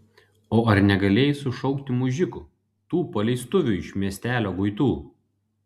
o ar negalėjai sušaukti mužikų tų paleistuvių iš miestelio guitų